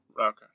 Okay